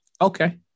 Okay